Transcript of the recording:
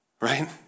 Right